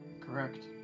Correct